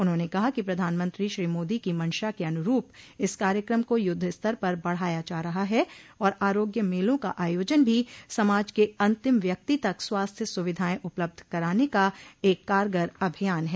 उन्होंने कहा कि प्रधानमंत्री श्री मोदी की मंशा के अनुरूप इस कार्यक्रम को युद्धस्तर पर बढ़ाया जा रहा है और आरोग्य मेला का आयोजन भी समाज के अन्तिम व्यक्ति तक स्वास्थ्य सुविधायें उपलब्ध कराने का एक कारगर अभियान है